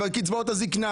קצבאות הזקנה